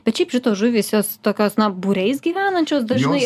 bet šiaip šitos žuvys jos tokios na būriais gyvenančios dažnai